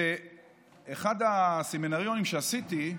ובאחד הסמינריונים שעשיתי,